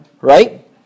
right